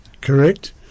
correct